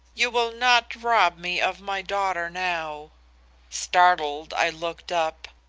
you will not rob me of my daughter now startled, i looked up.